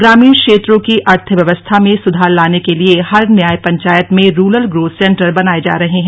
ग्रामीण क्षेत्रों की अर्थव्यवस्था में सुधार लाने के लिए हर न्याय पंचायत में रूरल ग्रोथ सेंटर बनाये जा रहे हैं